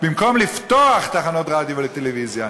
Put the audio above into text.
במקום לפתוח תחנות רדיו וטלוויזיה,